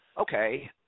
okay